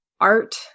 art